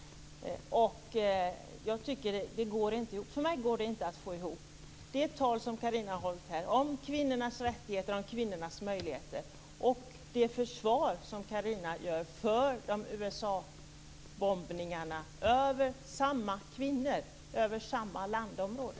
För mig går det inte att få ihop det tal som Carina har hållit här om kvinnornas rättigheter och möjligheter och det försvar som Carina kommer med för USA-bombningarna över samma kvinnor och över samma landområde.